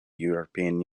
european